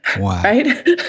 right